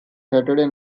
saturday